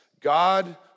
God